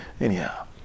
Anyhow